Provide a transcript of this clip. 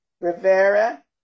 Rivera